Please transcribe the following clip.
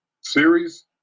Series